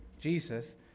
Jesus